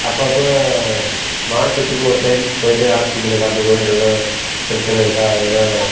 அப்பப்ப மாசத்துக்கு ஒரு டைம் போய்ட்டு ஹாஸ்பத்திரியில காட்டுவோம் எதனால் பிரச்சனை இருக்கா எதனால்